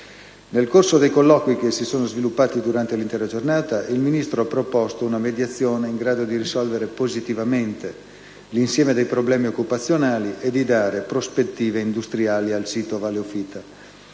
Nel corso dei colloqui, che si sono sviluppati durante l'intera giornata, il Ministro ha proposto una mediazione in grado di risolvere positivamente l'insieme dei problemi occupazionali e di dare prospettive industriali al sito Valle Ufìta.